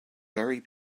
very